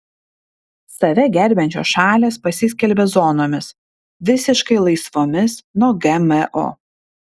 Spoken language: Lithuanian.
save gerbiančios šalys pasiskelbė zonomis visiškai laisvomis nuo gmo